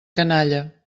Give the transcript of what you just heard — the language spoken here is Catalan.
canalla